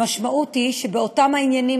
המשמעות היא שבאותם העניינים,